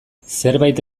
zerbait